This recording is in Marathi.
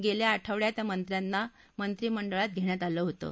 गेल्या आठवङ्यात या मंत्र्यांना मंत्रिमंडळात घेण्यात आलं होतं